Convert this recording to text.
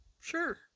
Sure